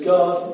God